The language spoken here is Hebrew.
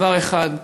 דבר אחד,